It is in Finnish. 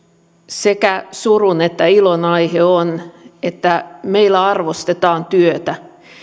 sekä surun että ilon aihe on että meillä arvostetaan työtä